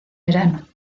verano